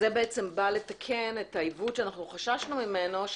זה בא לתקן את העיוות שחששנו ממנו,